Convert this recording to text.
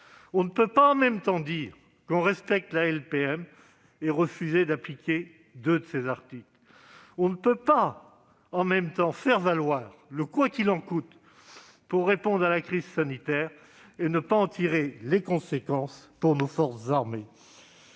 On ne peut pas en même temps dire qu'on respecte la LPM et refuser d'appliquer deux de ses articles. On ne peut pas en même temps faire valoir le « quoi qu'il en coûte » pour répondre à la crise sanitaire et ne pas en tirer les conséquences pour nos forces armées.